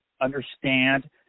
understand